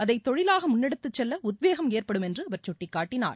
அதை தொழிலாக முன்னெடுத்துச் செல்ல உத்வேகம் ஏற்படும் என்றும் அவர் சுட்டிக்காட்டினார்